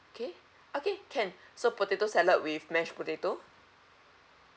okay okay can so potato salad with mashed potato